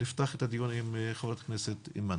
נפתח את הדיון עם חברת הכנסת אימאן.